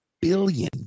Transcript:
billion